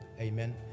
Amen